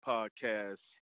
Podcast